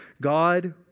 God